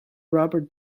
rubber